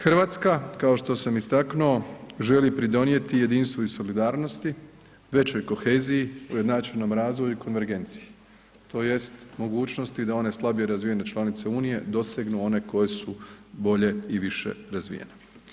Hrvatska, kao što sam istaknuo želi pridonijeti jedinstvu i solidarnosti većoj koheziji, ujednačenom razvoju i konvergenciji tj. mogućnosti da one slabije razvijene članice unije dosegnu one koje su bolje i više razvijene.